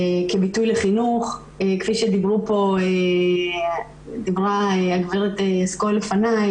כביטוי לחינוך כפי שדיברה דיברה הגברת יסקול לפני,